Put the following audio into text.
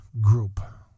group